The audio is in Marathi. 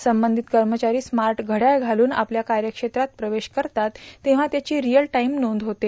संबंधित कर्मचारी स्मार्ट घडयाळ घालून आपल्या कार्यक्षेत्रात प्रवेश करतात तेव्हा त्याची रिअल टाईम नोंद होते